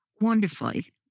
wonderfully